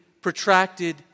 protracted